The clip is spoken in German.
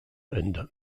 ende